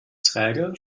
träge